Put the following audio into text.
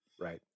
Right